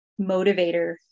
motivator